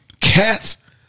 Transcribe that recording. cats